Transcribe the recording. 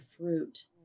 fruit